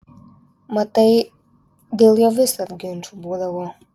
matai dėl jo visad ginčų būdavo